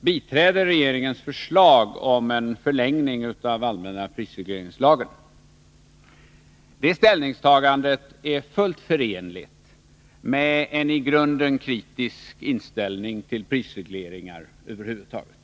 biträder regeringens förslag om en förlängning av allmänna prisregleringslagen. Det ställningstagandet är fullt förenligt med en i grunden kritisk inställning till prisregleringar över huvud taget.